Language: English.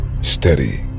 Steady